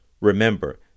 Remember